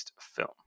film